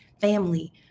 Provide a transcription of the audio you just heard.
family